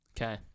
Okay